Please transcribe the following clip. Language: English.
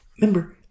Remember